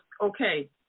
okay